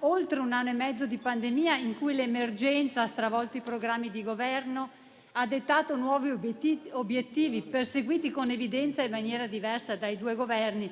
oltre un anno e mezzo di pandemia nel quale l'emergenza ha stravolto i programmi di Governo, ha dettato nuovi obiettivi, perseguiti con evidenza e in maniera diversa dai due Governi